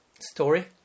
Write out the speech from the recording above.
story